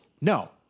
No